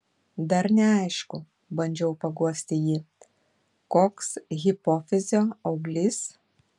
dar neaišku bandžiau paguosti jį koks hipofizio auglys